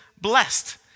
blessed